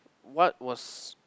what was